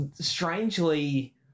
strangely